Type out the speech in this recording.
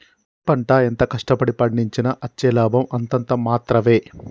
వరి పంట ఎంత కష్ట పడి పండించినా అచ్చే లాభం అంతంత మాత్రవే